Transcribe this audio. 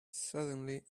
suddenly